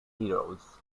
heroes